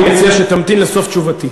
אני מציע שתמתין לסוף תשובתי.